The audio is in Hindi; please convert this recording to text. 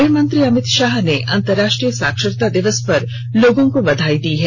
गृहमंत्री अमित शाह ने अंतरराष्ट्रीय साक्षरता दिवस पर लोगों को बधाई दी है